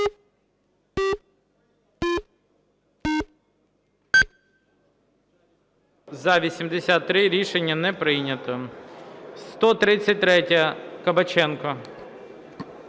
За-83 Рішення не прийнято. 133-я, Кабаченко.